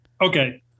Okay